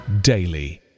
daily